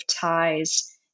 ties